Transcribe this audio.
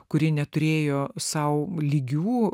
kuri neturėjo sau lygių